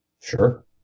Sure